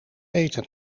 eten